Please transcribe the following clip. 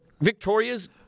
Victoria's